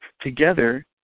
together